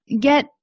get